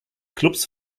klubs